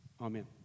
Amen